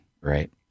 right